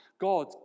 God